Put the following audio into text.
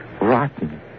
Rotten